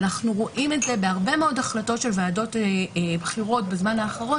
ואנחנו רואים את זה בהרבה מאוד החלטות של ועדות בחירות בזמן האחרון